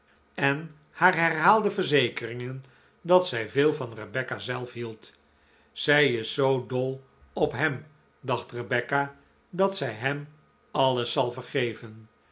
en haar herhaalde verzekeringen dat zij veel van rebecca zelf hield zij is zoo dol op hem dacht rebecca dat zij hem alles zal vergeven